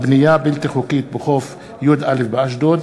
בנייה בלתי חוקית בחוף י"א באשדוד,